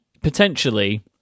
potentially